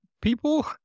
people